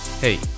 Hey